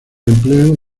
emplean